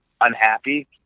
unhappy